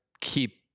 keep